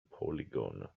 polygon